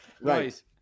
Right